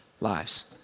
lives